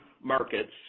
markets